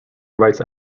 rights